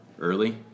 early